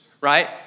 right